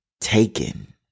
Taken